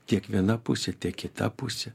tiek viena pusė tiek kita pusė